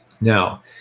now